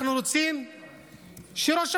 אנחנו רוצים שראש הממשלה,